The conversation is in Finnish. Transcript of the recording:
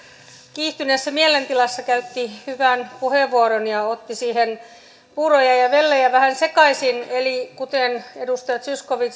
kiihtyneessä mielentilassa käytti hyvän puheenvuoron ja otti siihen puuroja ja vellejä vähän sekaisin eli kuten edustaja zyskowicz